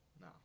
no